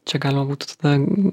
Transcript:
čia galima būtų tada